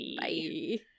Bye